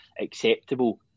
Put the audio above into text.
acceptable